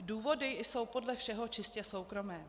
Důvody jsou podle všeho čistě soukromé.